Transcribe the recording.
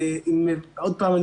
עוד פעם,